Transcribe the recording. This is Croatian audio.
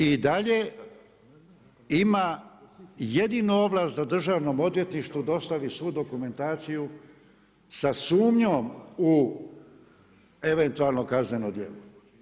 I dalje, ima jedino ovlast da Državnom odvjetništvu dostavi svu dokumentaciju sa sumnjom u eventualno kazneno djelo.